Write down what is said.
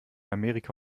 amerika